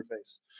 interface